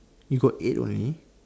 you got eight only